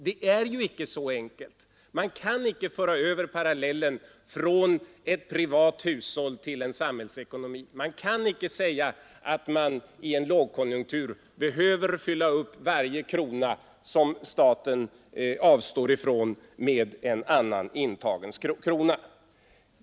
Det är inte så enkelt! Man kan inte dra en parallell mellan ett privat hushåll och en samhällsekonomi. Man kan inte säga att man i en lågkonjunktur behöver fylla upp varje krona som staten avstår från med en annan intagen krona.